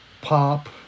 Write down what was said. pop